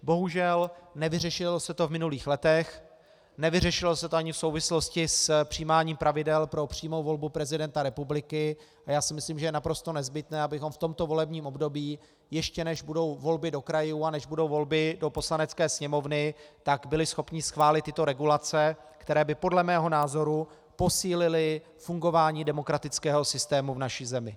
Bohužel nevyřešilo se to v minulých letech, nevyřešilo se to ani v souvislosti s přijímáním pravidel pro přímou volbu prezidenta republiky a já si myslím, že je naprosto nezbytné, abychom v tomto volebním období, ještě než budou volby do krajů a než budou volby do Poslanecké sněmovny, byli schopni schválit tyto regulace, které by podle mého názoru posílily fungování demokratického systému v naší zemi.